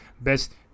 best